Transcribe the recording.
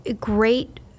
great